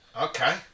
Okay